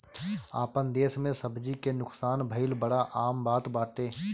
आपन देस में सब्जी के नुकसान भइल बड़ा आम बात बाटे